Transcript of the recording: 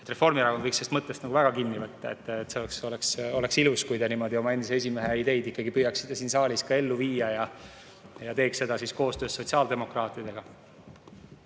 Reformierakond võiks sellest mõttest kinni võtta. See oleks ilus, kui te oma endise esimehe ideid ikkagi püüaksite siin saalis ellu viia ja teeks seda koostöös sotsiaaldemokraatidega.